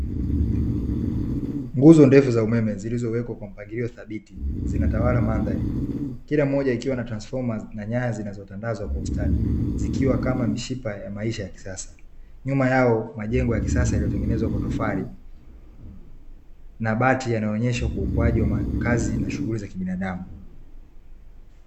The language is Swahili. Nguzo ndefu za umeme zilizowekwa kwa mpangilio thabiti zinatawala mandhari, kila mmoja ikiwa na transfoma na nyaya zinazotandazwa kwa ustadi zikiwa kama mishipa ya maisha ya kisasa. Nyuma yao majengo ya kisasa yaliyotengenezwa kwa tofali na bati yanayoonyesha ukuaji wa makazi na shughuli za binadamu.